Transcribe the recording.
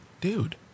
dude